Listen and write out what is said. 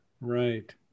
right